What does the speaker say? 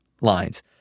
lines